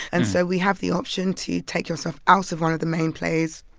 and so we have the option to take yourself out of one of the main plays